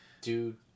dude